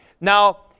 now